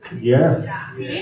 Yes